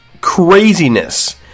craziness